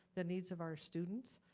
the needs of our students.